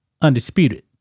Undisputed